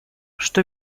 что